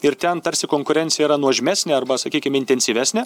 ir ten tarsi konkurencija yra nuožmesnė arba sakykim intensyvesnė